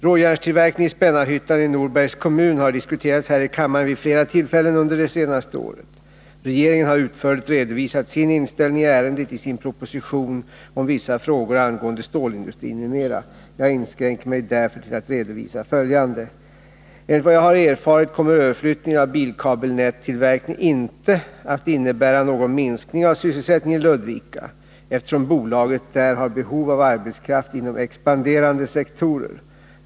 Råjärnstillverkningen i Spännarhyttan i Norbergs kommun har diskuterats här i kammaren vid flera tillfällen under det senaste året. Regeringen har utförligt redovisat sin inställning i ärendet i sin proposition om vissa frågor angående stålindustrin m.m. Jag inskränker mig därför till att redovisa följande. Enligt vad jag har erfarit kommer överflyttningen av bilkabelnättillverkningen inte att innebära någon minskning av sysselsättningen i Ludvika, eftersom bolaget där har behov av arbetskraft inom expanderande sektorer.